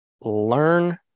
learn